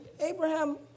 Abraham